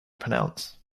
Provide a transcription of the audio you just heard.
pronounce